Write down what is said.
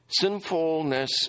Sinfulness